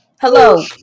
hello